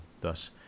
thus